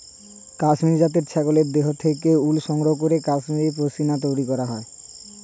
কাশ্মীরি জাতের ছাগলের দেহ থেকে উল সংগ্রহ করে কাশ্মীরি পশ্মিনা তৈরি করা হয়